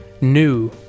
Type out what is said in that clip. new